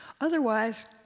Otherwise